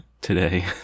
today